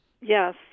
Yes